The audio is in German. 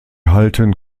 halten